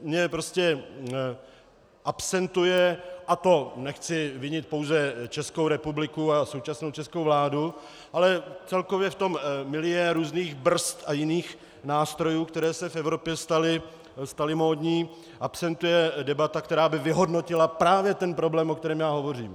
Mně prostě absentuje, a to nechci vinit pouze Českou republiku a současnou českou vládu, ale celkově v tom milieu různých brzd a jiných nástrojů, které se v Evropě staly módní, absentuje debata, která by vyhodnotila právě ten problém, o kterém hovořím.